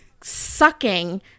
sucking